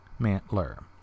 Mantler